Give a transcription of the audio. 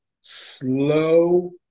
slow